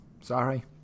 Sorry